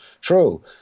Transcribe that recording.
true